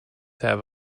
have